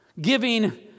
giving